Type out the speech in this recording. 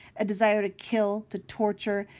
a desire to kill, to torture,